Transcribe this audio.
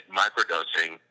microdosing